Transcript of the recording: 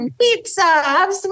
pizza